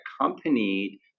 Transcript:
accompanied